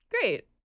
Great